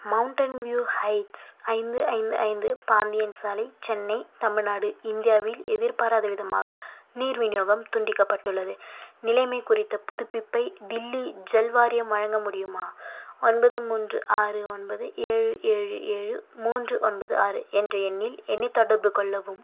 mountain view heights ஐந்து ஐந்து ஐந்து பாந்தியன் சாலை சென்னை தமிழ்நாடு இந்தியாவில் எதிர்பாராதவிதமாக நீர் விநியோகம் துண்டிக்கப்பட்டுள்ளது நிலைமை குறித்த புதுப்பிப்பை தில்லி ஜல் வாரியம் வழங்க முடியுமா ஒன்பது மூன்று ஆறு ஒன்பது ஏழு ஏழு ஏழு மூன்று ஒன்பது ஆறு என்ற எண்ணில் என்னைத் தொடர்புக்கொள்ளவும்